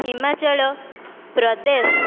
Himachal Pradesh